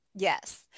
Yes